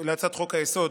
להצעת חוק-היסוד